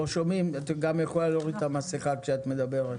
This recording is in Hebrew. את גם יכולה להוריד את המסכה כשאת מדברת.